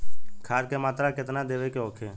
खाध के मात्रा केतना देवे के होखे?